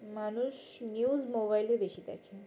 মানুষ নিউজ মোবাইলে বেশি দেখে